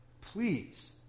Please